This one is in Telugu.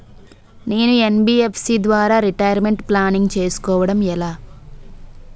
నేను యన్.బి.ఎఫ్.సి ద్వారా రిటైర్మెంట్ ప్లానింగ్ చేసుకోవడం ఎలా?